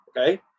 Okay